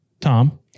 tom